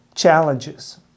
challenges